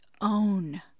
own